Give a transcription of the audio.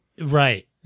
Right